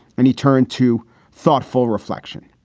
and he turned to thoughtful reflection,